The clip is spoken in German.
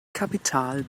kapital